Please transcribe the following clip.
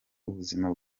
ubuzima